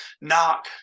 knock